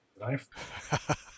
knife